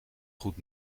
goed